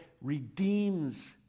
redeems